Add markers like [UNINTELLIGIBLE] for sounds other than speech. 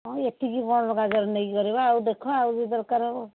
ହଁ ଏତିକି କ'ଣ [UNINTELLIGIBLE] ନେଇକି ପରିବା ଆଉ ଦେଖ ଆଉ ଯଦି ଦରକାର ହେବ